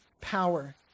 power